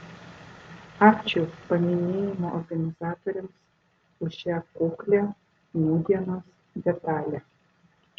ačiū paminėjimo organizatoriams už šią kuklią nūdienos detalę